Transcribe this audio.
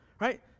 Right